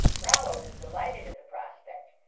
rollo was delighted at the prospect.